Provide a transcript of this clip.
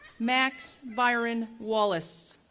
max byron wallace,